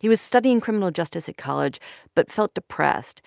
he was studying criminal justice at college but felt depressed